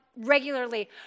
regularly